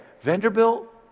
Vanderbilt